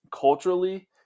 culturally